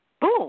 Boom